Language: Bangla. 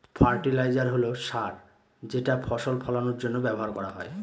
ফার্টিলাইজার হল সার যেটা ফসল ফলানের জন্য ব্যবহার করা হয়